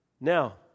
Now